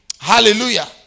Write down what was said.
Hallelujah